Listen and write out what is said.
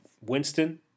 Winston